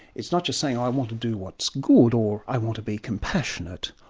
it's not just saying i want to do what's good, or i want to be compassionate,